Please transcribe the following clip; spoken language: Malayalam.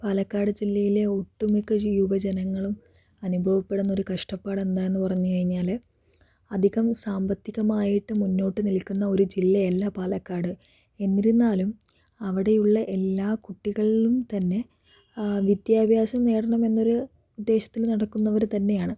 പാലക്കാട് ജില്ലയിലെ ഒട്ടുമിക്ക ജനങ്ങളും അനുഭവപ്പെടുന്ന ഒര് കഷ്ടപ്പാട് എന്താണെന്ന് പറഞ്ഞ് കഴിഞ്ഞാല് അധികം സാമ്പത്തികമായിട്ട് മുന്നോട്ട് നിൽക്കുന്ന ഒര് ജില്ലയല്ല പാലക്കാട് എന്നിരുന്നാലും അവിടെയുള്ള എല്ലാ കുട്ടികളിലും തന്നെ വിദ്യാഭ്യാസം നേടണമെന്നൊരു ഉദ്ദേശത്തിൽ നടക്കുന്നവര് തന്നെയാണ്